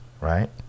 right